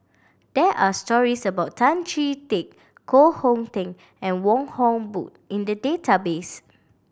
there are stories about Tan Chee Teck Koh Hong Teng and Wong Hock Boon in the database